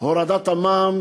הורדת המע"מ,